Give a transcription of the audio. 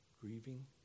grieving